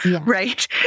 right